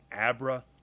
Abra